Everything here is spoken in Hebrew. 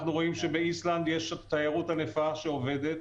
אנחנו רואים שבאיסלנד יש תיירות ענפה שעובדת,